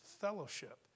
fellowship